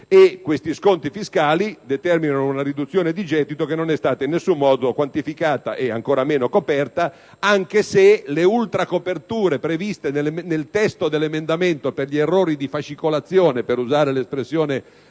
Questi sconti fiscali determinano una riduzione di gettito che non è stata in alcun modo quantificata e ancora meno coperta, anche se le ultracoperture previste nel testo dell'emendamento, per gli errori di fascicolazione (per usare l'espressione